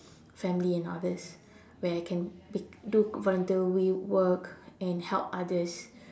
family and others where I can be do voluntary work and help others